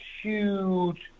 huge